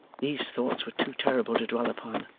these thoughts were too terrible to dwell upon,